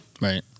Right